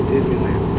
Disneyland